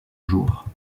jour